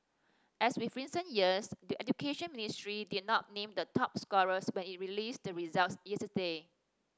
as with recent years the Education Ministry did not name the top scorers when it released the results yesterday